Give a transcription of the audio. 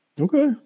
Okay